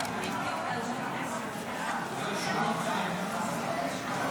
54 בעד, 58 נגד.